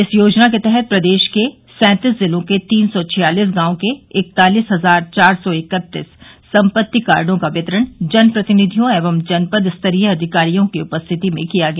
इस योजना के तहत प्रदेश के सैंतीस जिलों के तीन सौ छियालीस गांवों के इकतालिस हजार चार सौ इकत्तीस सम्पत्ति कार्डो का वितरण जन प्रतिनिधियों एवं जनपद स्तरीय अधिकारियों की उपस्थिति में किया गया